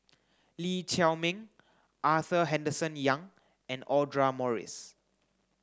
Lee Chiaw Meng Arthur Henderson Young and Audra Morrice